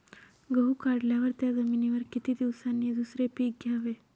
गहू काढल्यावर त्या जमिनीवर किती दिवसांनी दुसरे पीक घ्यावे?